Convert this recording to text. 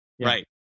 Right